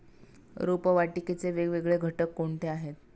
रोपवाटिकेचे वेगवेगळे घटक कोणते आहेत?